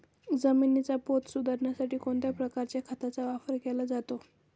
जमिनीचा पोत सुधारण्यासाठी कोणत्या प्रकारच्या खताचा वापर केला जातो?